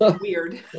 weird